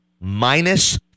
minus